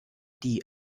die